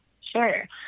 Sure